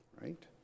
right